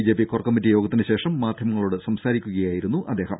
JP core committee യോഗത്തിനു ശേഷം മാധ്യമങ്ങളോട് സംസാരിക്കുകയായിരുന്നു അദ്ദേഹം